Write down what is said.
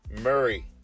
Murray